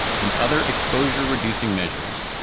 and other exposure. reducing measures.